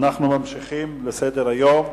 אנחנו ממשיכים בסדר-היום,